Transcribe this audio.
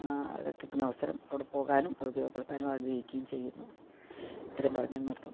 കിട്ടുന്ന അവസരം അവിടെ പോകാനും അത് ഉപയോഗപ്പെടുത്താനും ആഗ്രഹിക്കുകയും ചെയ്യുന്നു ഇത്രയും പറഞ്ഞ് കൊണ്ട് നിർത്തുന്നു